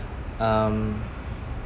um